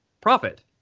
profit